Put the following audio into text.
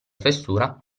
fessura